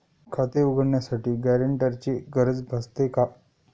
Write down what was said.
खाते उघडण्यासाठी गॅरेंटरची गरज असते का?